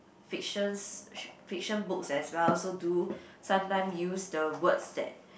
fictions fiction book as well so do sometime use the words that